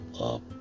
up